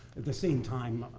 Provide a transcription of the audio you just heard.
at the same time,